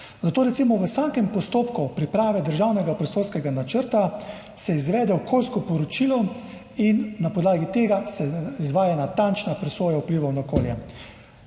Zato se recimo v vsakem postopku priprave državnega prostorskega načrta izvede okoljsko poročilo in na podlagi tega se izvaja natančna presoja vplivov na okolje,